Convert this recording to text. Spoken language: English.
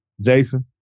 Jason